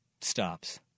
stops